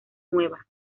nueva